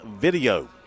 video